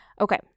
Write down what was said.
Okay